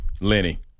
Lenny